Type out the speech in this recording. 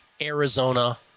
Arizona